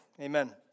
Amen